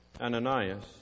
Ananias